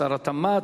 שר התמ"ת.